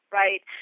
right